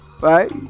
Right